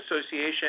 association